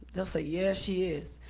they'll say, yeah, she is.